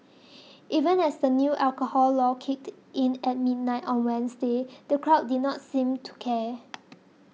even as the new alcohol law kicked in at midnight on Wednesday the crowd did not seem to care